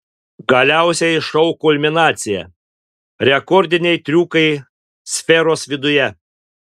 galiausiai šou kulminacija rekordiniai triukai sferos viduje